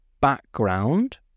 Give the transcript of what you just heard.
background